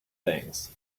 things